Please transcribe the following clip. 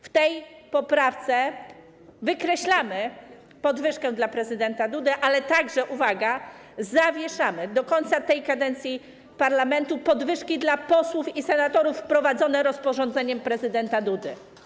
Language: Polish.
W tej poprawce wykreślamy podwyżkę dla prezydenta Dudy, ale także - uwaga - zawieszamy do końca tej kadencji parlamentu podwyżki dla posłów i senatorów wprowadzone rozporządzeniem prezydenta Dudy.